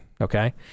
okay